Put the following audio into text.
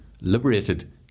liberated